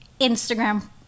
Instagram